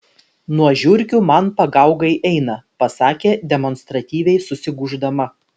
nuo žiurkių man pagaugai eina pasakė demonstratyviai susigūždama